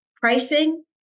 pricing